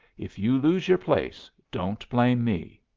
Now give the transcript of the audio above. if you lose your place, don't blame me.